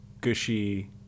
gushy